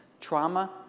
trauma